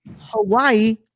Hawaii